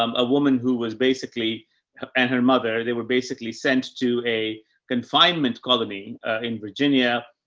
um a woman who was basically her and her mother. they were basically sent to a confinement colony in virginia, ah,